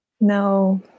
no